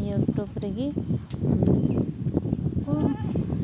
YouTube ᱨᱤᱜᱤ